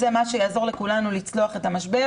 זה מה שיעזור לכולנו לצלוח את המשבר,